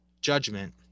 judgment